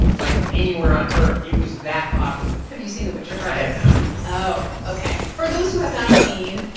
like, anywhere on earth. it was that popular have you seen the witcher, cardiff? i have not oh, ok. for those who have not seen,